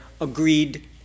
agreed